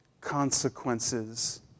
consequences